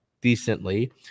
decently